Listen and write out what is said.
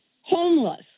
homeless